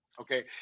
Okay